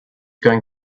going